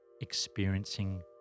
experiencing